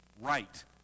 Right